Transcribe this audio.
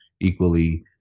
equally